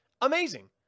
amazing